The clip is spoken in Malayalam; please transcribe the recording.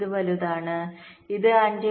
ഇത് വലുതാണ് ഇത് 5